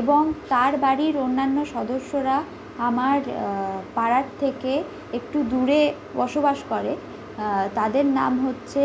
এবং তার বাড়ির অন্যান্য সদস্যরা আমার পাড়ার থেকে একটু দূরে বসবাস করে তাদের নাম হচ্ছে